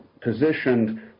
positioned